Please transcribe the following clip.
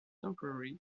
temporary